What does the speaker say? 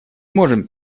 можем